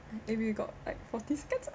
maybe you got like forty skills